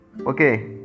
okay